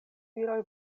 viroj